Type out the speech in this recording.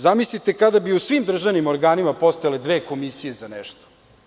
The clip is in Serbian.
Zamislite kada bi u svim državnim organima postojale dve komisije za nešto?